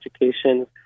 Education